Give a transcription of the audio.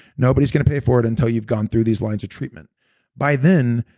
nobody's going to pay for it until you've gone through these lines of treatment by then,